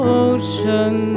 ocean